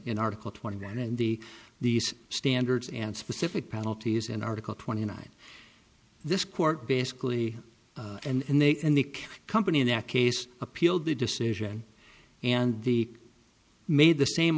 in article twenty nine and the these standards and specific penalties in article twenty nine this court basically and they and the company in that case appealed the decision and the made the same